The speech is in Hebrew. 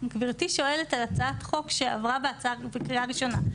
גבירתי שואלת על הצעת חוק שעברה בקריאה ראשונה.